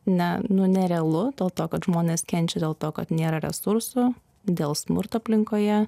ne nu nerealu dėl to kad žmonės kenčia dėl to kad nėra resursų dėl smurto aplinkoje